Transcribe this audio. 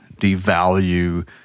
devalue